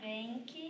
Bank